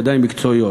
ידיים מקצועיות,